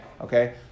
okay